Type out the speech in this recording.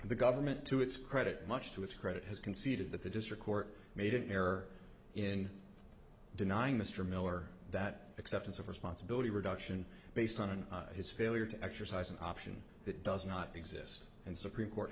the government to its credit much to its credit has conceded that the district court made an error in denying mr miller that acceptance of responsibility reduction based on his failure to exercise an option that does not exist and supreme court